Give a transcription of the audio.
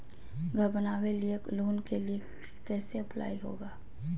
घर बनावे लिय लोन के लिए कैसे अप्लाई होगा?